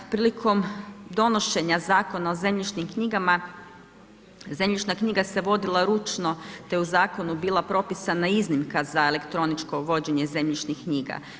Prilikom donošenja Zakona o zemljišnim knjigama, zemljišna knjiga se vodila ručno te je u zakonu bila propisana iznimka za elektroničko vođenje zemljišnih knjiga.